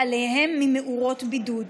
בעליהם ממאורות בידוד.